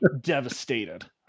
devastated